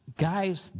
Guys